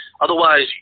otherwise